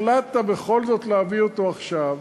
החלטת בכל זאת להביא אותו עכשיו,